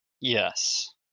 Yes